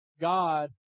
God